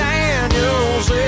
Daniels